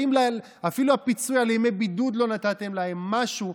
אפילו את הפיצוי על ימי בידוד לא נתתם להם, משהו.